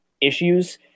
issues